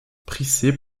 price